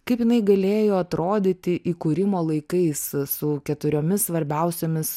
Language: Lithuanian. kaip jinai galėjo atrodyti įkūrimo laikais su keturiomis svarbiausiomis